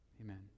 amen